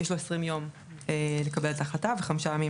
יש לו 20 יום לקבל את ההחלטה ו-5 ימים